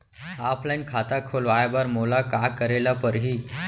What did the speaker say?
Offline खाता खोलवाय बर मोला का करे ल परही?